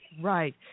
Right